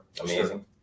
amazing